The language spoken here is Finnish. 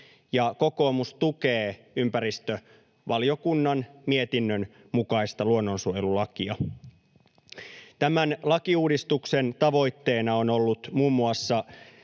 ja kokoomus tukee ympäristövaliokunnan mietinnön mukaista luonnonsuojelulakia. Tämän lakiuudistuksen tavoitteena on ollut muun muassa